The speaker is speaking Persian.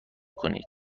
کنید